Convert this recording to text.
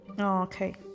okay